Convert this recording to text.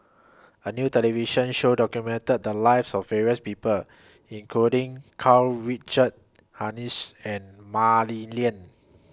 A New television Show documented The Lives of various People including Karl Richard Hanitsch and Mah Li Lian